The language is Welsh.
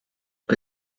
mae